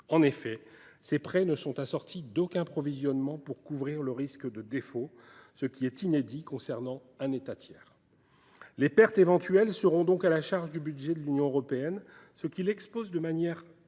En effet, ces prêts ne sont assortis d’aucun provisionnement pour couvrir le risque de défaut, ce qui est inédit concernant un État tiers. Les pertes éventuelles seront donc à la charge du budget de l’Union européenne, ce qui l’expose de manière inquiétante.